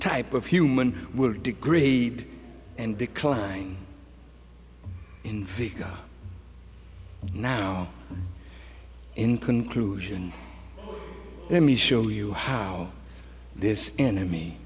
type of human will degree and decline in the now in conclusion let me show you how this enemy